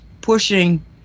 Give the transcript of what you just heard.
pushing